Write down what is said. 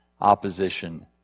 opposition